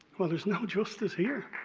well there's no justice here.